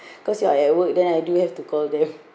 cause you are at work then I do have to call them